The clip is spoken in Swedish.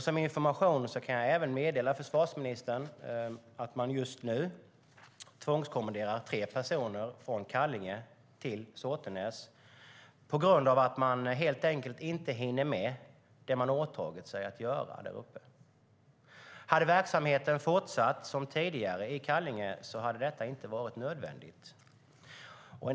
Som information kan jag även meddela försvarsministern att man just nu tvångskommenderar tre personer från Kallinge till Såtenäs på grund av att man helt enkelt inte hinner med att göra det man åtagit sig däruppe. Hade verksamheten fortsatt som tidigare i Kallinge hade det inte varit nödvändigt. Herr talman!